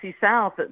South